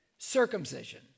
circumcision